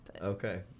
Okay